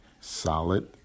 solid